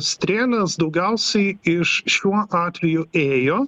strėlės daugiausiai iš šiuo atveju ėjo